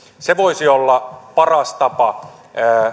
se voisi olla paras tapa